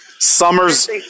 Summer's